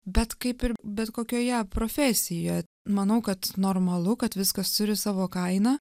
bet kaip ir bet kokioje profesijoje manau kad normalu kad viskas turi savo kainą